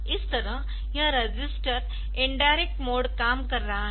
इस तरह यह रजिस्टर इनडायरेक्ट मोड काम कर रहा है